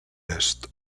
est